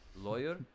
lawyer